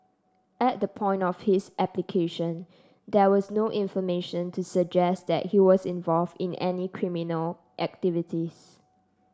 at the point of his application there was no information to suggest that he was involved in any criminal activities